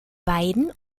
weiden